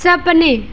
सपने